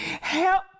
Help